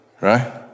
right